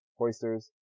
hoisters